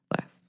less